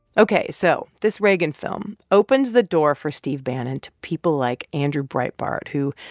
ok, so this reagan film opens the door for steve bannon to people like andrew breitbart who,